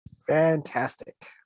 fantastic